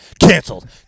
Canceled